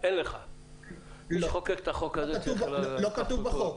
לא כתוב בחוק.